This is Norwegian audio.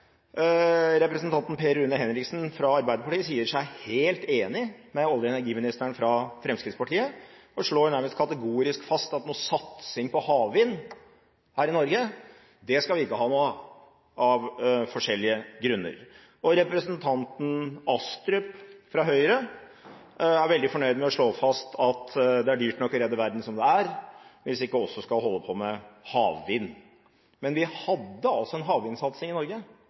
representanten Per Rune Henriksen fra Arbeiderpartiet sier seg helt enig med olje- og energiministeren fra Fremskrittspartiet og slår nærmest kategorisk fast at noen satsing på havvind her i Norge skal vi av forskjellige grunner ikke ha noe av. Og representanten Astrup fra Høyre er veldig fornøyd med å slå fast at det er dyrt nok å redde verden som det er, om vi ikke også skal holde på med havvind. Men vi hadde altså en havvindsatsing i Norge,